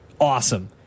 awesome